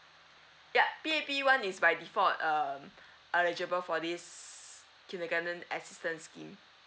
ya P_A_P one is by default um eligible for this kindergarten assistance scheme